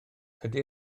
ydy